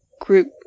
group